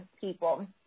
people